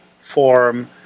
form